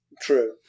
True